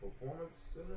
performance